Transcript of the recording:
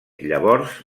llavors